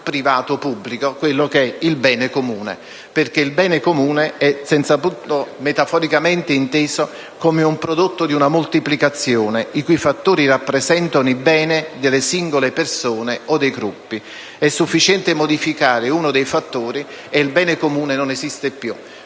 metaforicamente inteso come il prodotto di una moltiplicazione i cui fattori rappresentano il bene delle singole persone o dei gruppi. È sufficiente modificare uno dei fattori e il bene comune non esiste più,